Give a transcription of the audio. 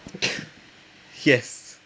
yes